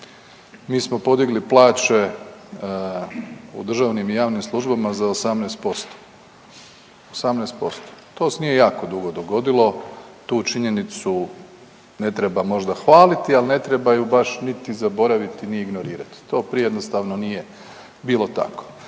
mi smo podigli plaće u državnim i javnim službama za 18%. 18%, to se nije jako dugo dogodilo, tu činjenicu ne treba možda hvaliti, ali ne treba ju baš niti zaboraviti ni ignorirati, to prije jednostavno nije bilo tako.